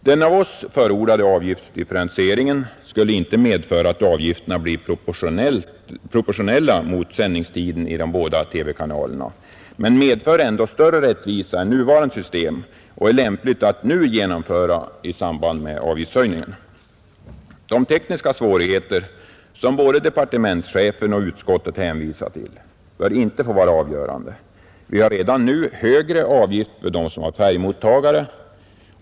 Den av oss förordade avgiftsdifferentieringen skulle inte medföra att avgifterna blir proportionella mot sändningstiden i de båda TV-kanalerna men medför ändå större rättvisa än nuvarande system och är lämplig att nu genomföra i samband med avgiftshöjningen. De tekniska svårigheter, som både departementschefen och utskottet hänvisar till, bör inte få vara avgörande. Vi har redan nu högre avgift för dem som har färgmottagare.